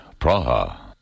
Praha